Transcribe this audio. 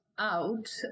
out